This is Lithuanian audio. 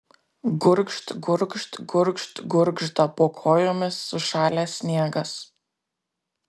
gurgžt gurgžt gurgžt gurgžda po kojomis sušalęs sniegas